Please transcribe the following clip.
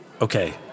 Okay